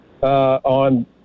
on